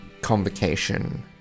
convocation